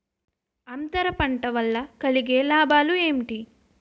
అంతర పంట వల్ల కలిగే లాభాలు ఏంటి